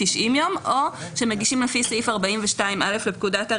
או שמגישים לפי סעיף 42א לפקודת הראיות.